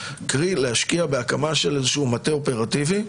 קרי להשקיע בהקמה של מטה אופרטיבי.